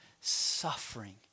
suffering